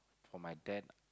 for my dad